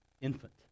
infant